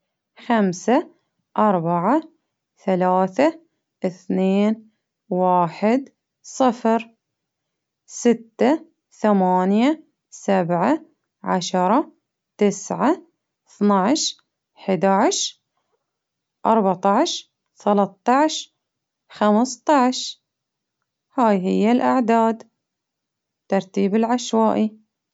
خمسة أربعة ثلاثة إثنين واحد صفر ستة ثمانية سبعة عشرة تسعة اثني عشر ،أحد عشر ،أربعة عشر ،ثلاثة عشر ، خمسة عشر ، هاي هي الأعداد ترتيب العشوائي.